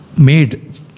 made